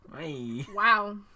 Wow